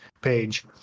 page